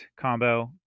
combo